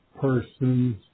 person's